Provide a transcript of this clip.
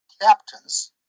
captains